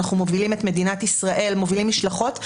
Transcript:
אנחנו מובילים את מדינת ישראל, מובילים משלחות.